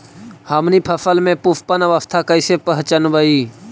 हमनी फसल में पुष्पन अवस्था कईसे पहचनबई?